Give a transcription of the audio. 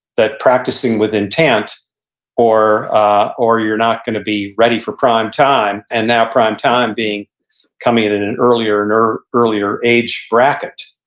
that practicing with intent or ah or you're not going to be ready for prime time. and now prime time being coming in at an earlier and earlier age bracket.